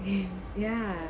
ya